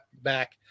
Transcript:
back